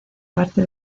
parte